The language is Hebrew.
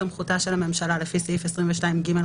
ואני מתכבד לפתוח את ישיבת ועדת החוקה,